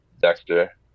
Dexter